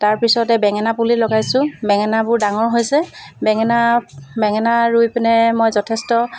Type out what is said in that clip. তাৰপিছতে বেঙেনা পুলি লগাইছোঁ বেঙেনাবোৰ ডাঙৰ হৈছে বেঙেনা বেঙেনা ৰুই পিনে মই যথেষ্ট